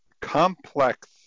complex